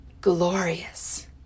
glorious